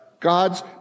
God's